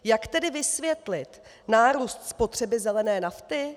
Jak tedy vysvětlit nárůst spotřeby zelené nafty?